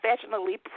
professionally